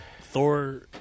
Thor